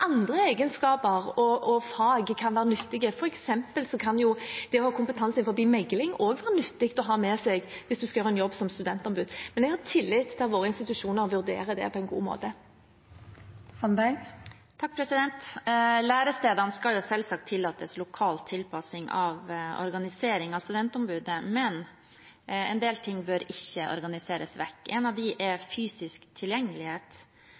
andre egenskaper og fag kan være nyttige. For eksempel kan det å ha kompetanse innenfor megling også være nyttig å ha med seg hvis man skal gjøre en jobb som studentombud. Men jeg har tillit til at våre institusjoner vurderer det på en god måte. Lærestedene skal selvsagt tillates lokalt tilpasset organisering av studentombudet, men en del ting bør ikke organiseres vekk. En av dem er fysisk tilgjengelighet.